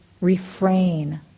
refrain